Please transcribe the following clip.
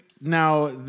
now